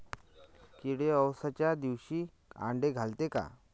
किडे अवसच्या दिवशी आंडे घालते का?